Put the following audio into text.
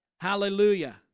Hallelujah